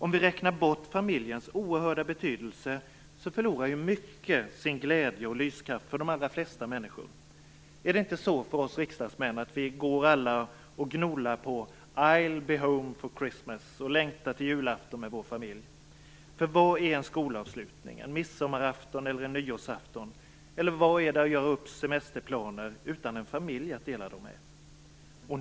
Om vi räknar bort familjens oerhörda betydelse förlorar mycket sin glädje och lyskraft för de allra flesta människor. Är det inte så för oss riksdagsmän att vi går och gnolar på I ll be home for Christmas och längtar till julafton tillsammans med familjen? Vad är en skolavslutning, en midsommarafton, en nyårsafton eller semesterplaner utan en familj att dela dem med?